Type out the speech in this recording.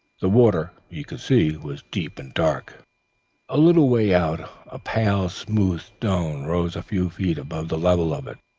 the water, he could see, was deep and dark a little way out a pale smooth stone rose a few feet above the level of it,